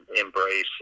embrace